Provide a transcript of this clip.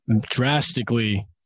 drastically